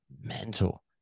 mental